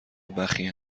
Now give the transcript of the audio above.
بخیه